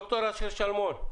ד"ר אשר שלמון,